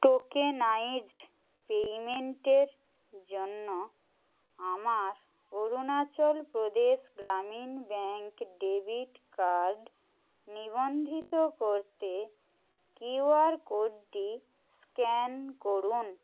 tokenised পেমেন্টের জন্য আমার Arunachal Pradesh Gramin bank debit card নিবন্ধিত করতে কিউ আর কোডটি স্ক্যান করুন